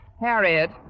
Harriet